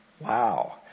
Wow